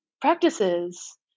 practices